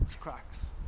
cracks